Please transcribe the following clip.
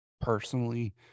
personally